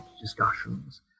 discussions